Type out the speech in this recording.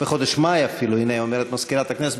בחודש מאי אפילו אומרת מזכירת הכנסת.